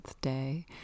day